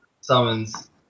summons